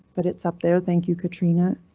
but it's up there. thank you katrina,